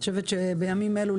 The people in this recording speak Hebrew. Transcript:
אני חושבת שבימים אלו,